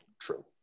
true